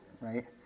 right